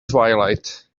twilight